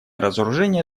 разоружение